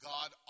God